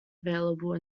available